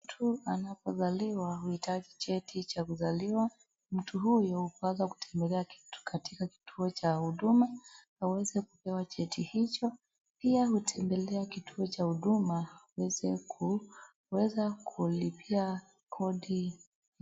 Mtu anapozaliwa huhitaji cheti cha kuzaliwa. Mtu huyu anapaswa kutembelea katika kituom cha huduma na uwezekupewa cheti hicho pia hutemblea kituo cha huduma uweze kuweza kulipia kodi.